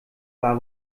war